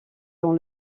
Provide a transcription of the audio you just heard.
dans